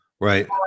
Right